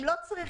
הם לא צריכים.